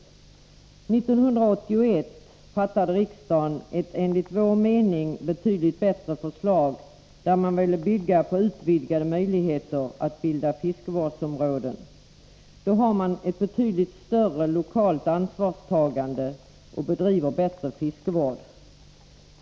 År 1981 fattade riksdagen ett enligt vår mening betydligt bättre beslut, som innebar utvidgade möjligheter att bilda fiskevårdsområden. Då blev det lokala ansvarstagandet betydligt större och fiskevården bättre.